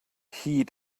heed